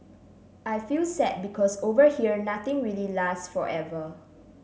I feel sad because over here nothing really last forever